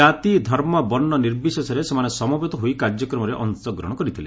କାତି ଧର୍ମ ବର୍ଣ୍ଣ ନିର୍ବିଶେଷରେ ସେମାନେ ସମବେତ ହୋଇ କାର୍ଯ୍ୟକ୍ରମରେ ଅଂଶଗ୍ରହଣ କରିଥିଲେ